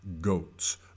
goats